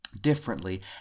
differently